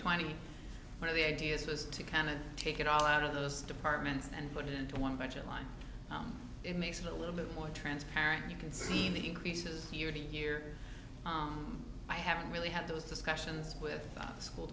twenty one of the ideas was to kind of take it all out of those departments and put it into one budget line it makes it a little bit more transparent you can see the increases year to year on i haven't really had those discussions with the school